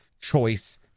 choice